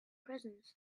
prisons